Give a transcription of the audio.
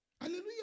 Hallelujah